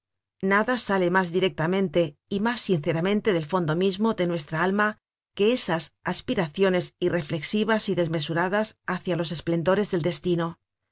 nada sale mas directamente y mas sinceramente del fondo mismo de nuestra alma que esas aspiraciones irreflexivas y desmesuradas hacia los esplendores del destino